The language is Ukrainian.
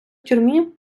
тюрмі